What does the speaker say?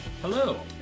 Hello